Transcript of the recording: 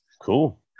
cool